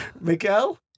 Miguel